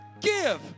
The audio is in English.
Give